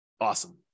Awesome